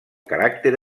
caràcter